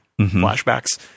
flashbacks